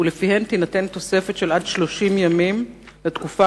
ולפיהן תינתן תוספת של עד 30 ימים לתקופה